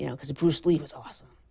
you know because bruce lee was awesome.